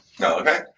Okay